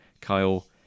Kyle